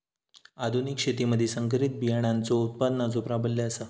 आधुनिक शेतीमधि संकरित बियाणांचो उत्पादनाचो प्राबल्य आसा